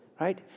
right